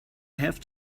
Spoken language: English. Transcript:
have